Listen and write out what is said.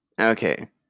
Okay